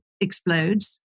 explodes